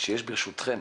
שיש ברשותכם